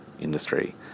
industry